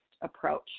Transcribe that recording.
approach